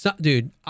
Dude